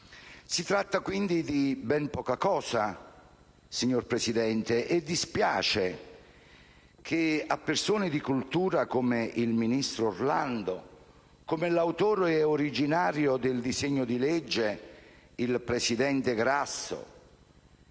Si tratta, quindi, di ben poca cosa, signor Presidente, e dispiace che a persone di cultura come il ministro Orlando, come l'autore originario del disegno di legge, il presidente Grasso,